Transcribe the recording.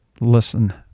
listen